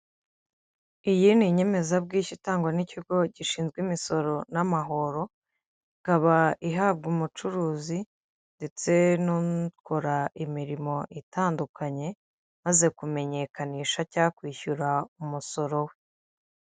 Iyi ni inyemezabwishyu itangwa n'ikigo gishinzwe imisoro n'amahoro, ikaba ihabwa umucuruzi ndetse n'ukora imirimo itandukanye, amaze kumenyekanisha cya kwishyura umusoro we.